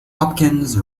hopkins